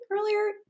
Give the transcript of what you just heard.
earlier